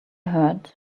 heard